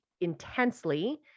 intensely